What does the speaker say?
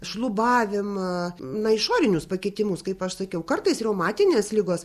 šlubavimą na išorinius pakitimus kaip aš sakiau kartais reumatinės ligos